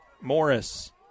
Morris